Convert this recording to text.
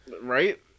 Right